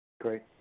Great